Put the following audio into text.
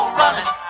running